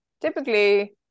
typically